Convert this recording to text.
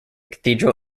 cathedral